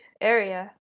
area